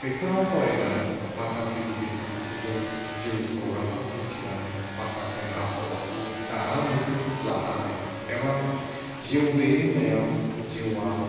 बेफोराव फरायनानै माखासे गिदिर मानसिफोरनि जिउ खौरांखौ मोनथिनानै माखासे आखल आखु दानानैबो लानो हायो एबा जिउ दैदेननायाव जिउआ